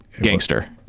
gangster